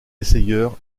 essayeur